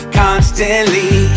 constantly